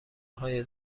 های